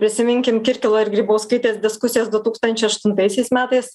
prisiminkim kirkilo ir grybauskaitės diskusijas du tūkstančiai aštuntaisiais metais